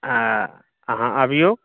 अहाँ अबियौ